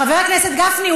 חבר הכנסת גפני,